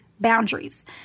boundaries